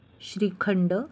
shrikhand